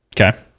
Okay